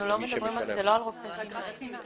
לא מדברים על רופאי שיניים.